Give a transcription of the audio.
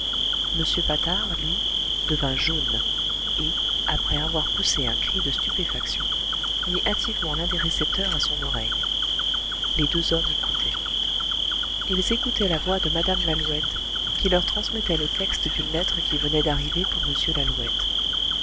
m patard lui devint jaune et après avoir poussé un cri de stupéfaction mit hâtivement l'un des récepteurs à son oreille les deux hommes écoutaient ils écoutaient la voix de mme lalouette qui leur transmettait le texte d'une lettre qui venait d'arriver pour m lalouette